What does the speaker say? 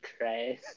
right